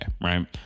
right